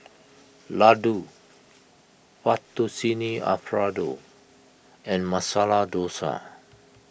Ladoo Fettuccine Alfredo and Masala Dosa